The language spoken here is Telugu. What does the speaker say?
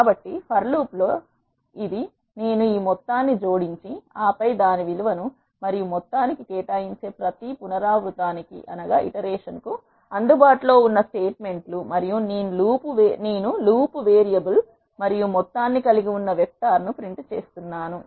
కాబట్టి ఫర్ లూప్లో ఇవి నేను ఈ మొత్తాన్ని జోడించి ఆపై దాని విలువను మరియు మొత్తానికి కేటాయించే ప్రతి పునరావృతానికి అందుబాటులో ఉన్న స్టేట్మెంట్లు మరియు నేను లూప్ వేరియబుల్ మరియు మొత్తాన్ని కలిగి ఉన్న వెక్టర్ను ప్రింట్ చేస్తున్నాను